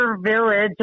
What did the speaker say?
village